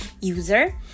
user